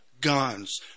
guns